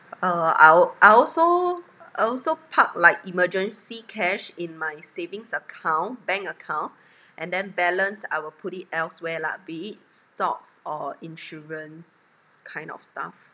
uh I'll I'll also I'll also park like emergency cash in my savings account bank account and then balance I will put it elsewhere lah be it stocks or insurance kind of stuff